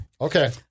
Okay